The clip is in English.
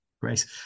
great